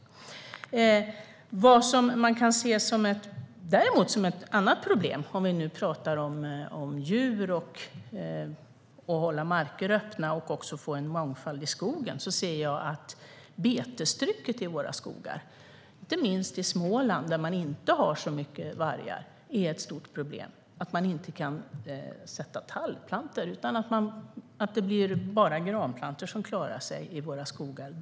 Ett annat problem - om vi nu talar om djur, att hålla marker öppna och att också få en mångfald i skogen - är betestrycket i våra skogar. Det gäller inte minst i Småland där man inte har så mycket vargar. Det är ett stort problem att man inte kan sätta tallplantor utan att det bara blir granplantor som klarar sig i våra skogar.